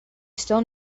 still